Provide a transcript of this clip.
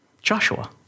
Joshua